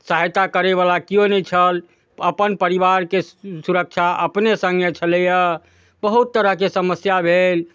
सहायता करैवला केओ नहि छल अपन परिवारके सुरक्षा अपने सङ्गे छलैए बहुत तरहके समस्या भेल